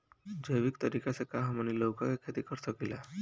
जैविक तरीका से का हमनी लउका के खेती कर सकीला?